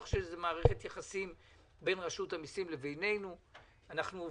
אני לא חושב שזאת מערכת יחסים בין רשות המיסים לבינינו.